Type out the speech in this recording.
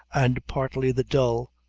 and partly the dull,